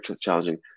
challenging